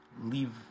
leave